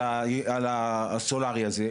על הסולארי הזה,